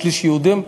שליש יהודים,